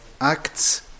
Acts